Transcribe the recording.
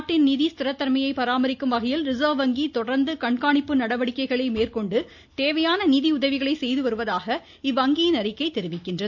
நாட்டின் நிதி ஸ்திரத்தன்மையை பராமரிக்கும் வகையில் ரிசர்வ் வங்கி தொடர்ந்து கண்காணிப்பு நடவடிக்கைகளை மேற்கொண்டு தேவையான நிதி உதவிகளை செய்து வருவதாக இவ்வங்கியின் அறிக்கை தெரிவிக்கிறது